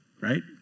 right